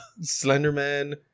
Slenderman